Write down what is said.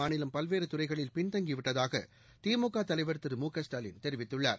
மாநிலம் பல்வேறுகறைகளில் பின்தங்கிவிட்டதாகதிமுகதலைவர் திரு மு க ஸ்டாலின் தெரிவித்துள்ளார்